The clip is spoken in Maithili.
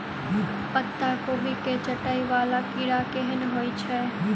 पत्ता कोबी केँ चाटय वला कीड़ा केहन होइ छै?